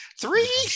Three